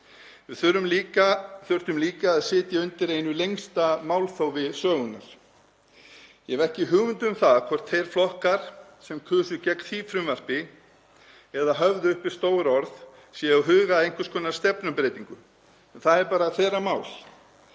Við þurftum líka að sitja undir einu lengsta málþófi sögunnar. Ég hef ekki hugmynd um það hvort þeir flokkar sem greiddu atkvæði gegn því frumvarpi eða höfðu uppi stór orð séu að huga að einhvers konar stefnubreytingu. Það er bara þeirra mál.